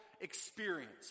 experience